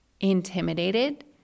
intimidated